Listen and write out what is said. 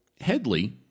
Headley